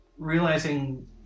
Realizing